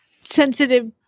sensitive